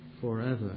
forever